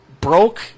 broke